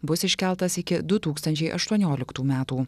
bus iškeltas iki du tūkstančiai aštuonioliktų metų